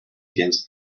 against